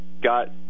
got